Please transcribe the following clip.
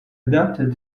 adapted